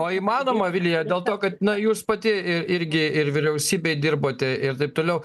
o įmanoma vilija dėl to kad na jūs pati į irgi ir vyriausybėj dirbote ir taip toliau